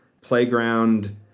playground